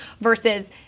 versus